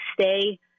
stay